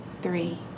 three